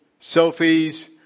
selfies